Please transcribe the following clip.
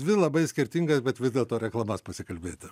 dvi labai skirtingas bet vis dėlto reklamas pasikalbėti